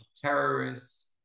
terrorists